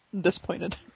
disappointed